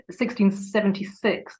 1676